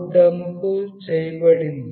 code dump చేయబడింది